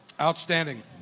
Outstanding